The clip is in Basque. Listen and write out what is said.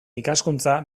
ikaskuntza